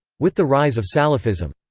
with the rise of salafism.